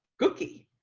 cookie.